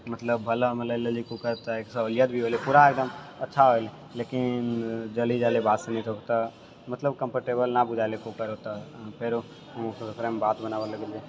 मतलब भलामे लए लेलियै कि कूकर तऽ एक सहुलियत भी होलै पूरा एकदम अच्छा लेकिन जरि जाइले भात सनि तऽ मतलब कम्फर्टेबल ना बुझाइले कूकर तऽ फेरो मे हम भात बनाबै लगलियै